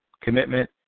commitment